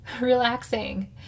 relaxing